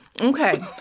Okay